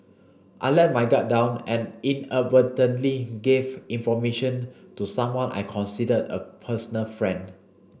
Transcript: I let my guard down and inadvertently gave information to someone I considered a personal friend